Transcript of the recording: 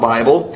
Bible